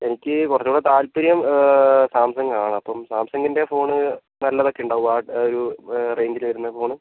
എനിക്ക് കുറച്ചുകൂടെ താൽപ്പര്യം സാംസങ് ആണ് അപ്പം സാംസങ്ങിൻ്റെ ഫോണ് നല്ലതൊക്കെ ഉണ്ടാകുവോ ആ ഒരു റേഞ്ചിൽ വരുന്ന ഫോണ്